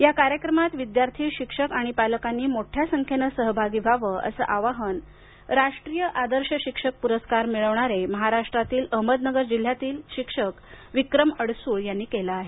या कार्यक्रमात विद्यार्थी शिक्षक आणि पालकांनी मोठ्या संख्येनं सहभागी व्हावं असं आवाहन राष्ट्रीय आदर्श शिक्षक पुरस्कार मिळवणारे महाराष्ट्रातील अहमदनगर जिल्ह्यातील शिक्षक विक्रम अडसूळ यांनी केलं आहे